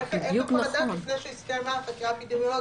איך הוא יכול לדעת לפני שהסתיימה החקירה האפידמיולוגית,